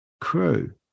crew